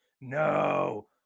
no